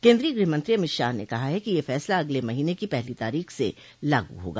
केंद्रीय गृहमंत्री अमित शाह ने कहा है कि यह फैसला अगले महीने की पहली तारीख से लागू होगा